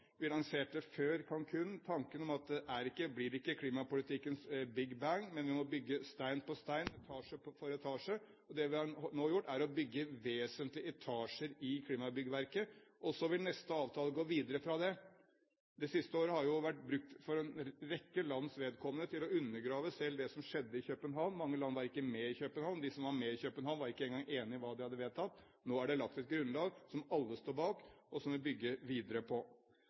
Vi lanserte før Cancún tanken om at det blir ikke klimapolitikkens «big bang», men vi må bygge stein på stein, etasje for etasje. Det vi nå har gjort, er å bygge vesentlige etasjer i klimabyggverket, og så vil neste avtale gå videre fra det. Det siste året har for en rekke lands vedkommende vært brukt til å undergrave det som skjedde i København. Mange land var jo ikke med i København. De som var med i København, var ikke engang enig i hva de hadde vedtatt. Nå er det lagt et grunnlag som alle står bak, og som vi vil bygge videre på.